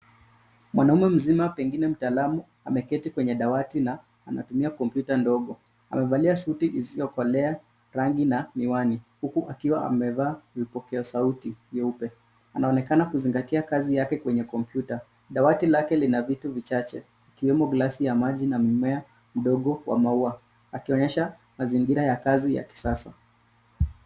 Mwanaume mzima pengine mtaalumu ameketi kwenye dawati na anatumia kompyuta ndogo. Amevalia suti isiyokolea rangi na miwani huku akiwa amevaa vipokea sauti vyeupe. Anaonekana kuzingatia kazi yake kwenye kompyuta. Dawati lake lina vitu vichache ikiwemo glasi ya maji na mmea mdogo wa maua akionyesha mazingira ya kazi ya kisasa.